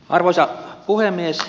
arvoisa puhemies